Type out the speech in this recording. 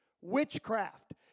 Witchcraft